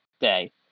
day